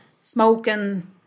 smoking